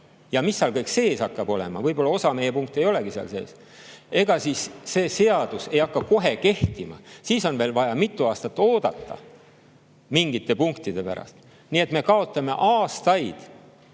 Ja mis seal kõik sees hakkab olema? Võib-olla osa meie punkte ei olegi seal sees. Ega siis see seadus ei hakka kohe kehtima. Siis on veel vaja mitu aastat oodata mingite punktide pärast. Nii et me kaotame aastaid.